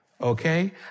okay